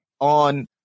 on